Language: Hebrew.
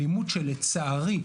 אלימות שלצערי,